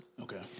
Okay